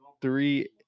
three